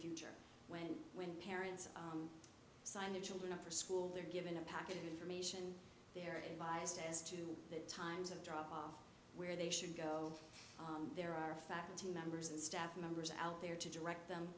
future when when parents sign the children up for school they're given a packet of information they're biased as to the times of drop off where they should go there are faculty members and staff members out there to direct them